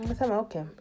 okay